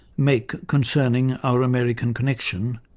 make concerning our american connection,